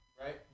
right